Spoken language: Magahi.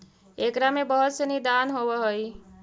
एकरा में बहुत सनी दान होवऽ हइ